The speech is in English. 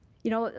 you know,